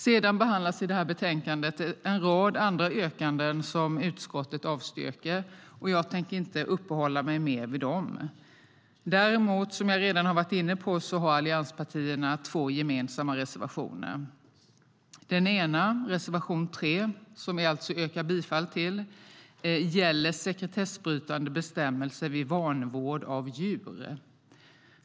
Sedan behandlas i betänkandet en rad andra yrkanden som utskottet avstyrker, och jag tänker inte uppehålla mig mer vid dem. Däremot - som jag redan har varit inne på - har allianspartierna två gemensamma reservationer. Den ena, reservation 3, som vi alltså yrkar bifall till, gäller sekretessbrytande bestämmelser vid vanvård av djur.